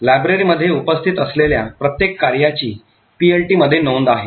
Library मध्ये उपस्थित असलेल्या प्रत्येक कार्याची PLT मध्ये नोंद आहे